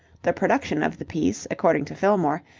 the production of the piece, according to fillmore,